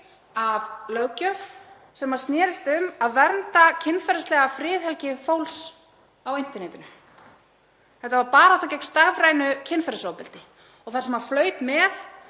af löggjöf sem snerist um að vernda kynferðislega friðhelgi fólks á internetinu. Þetta var barátta gegn stafrænu kynferðisofbeldi og það sem flaut með